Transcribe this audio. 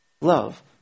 Love